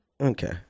Okay